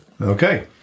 Okay